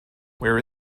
where